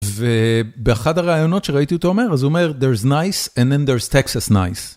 ובאחד הראיונות שראיתי אותו אומר אז הוא אומר there's nice and then there's texas nice.